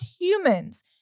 humans